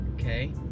okay